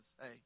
Hey